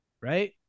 Right